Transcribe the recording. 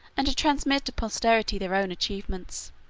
and to transmit to posterity their own achievements.